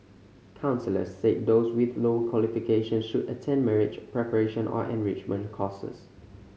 counsellors said those with lower qualifications should attend marriage preparation or enrichment courses